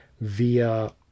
via